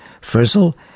Frizzle